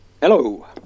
Hello